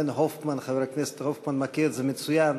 וחבר הכנסת רונן הופמן מכיר את זה מצוין.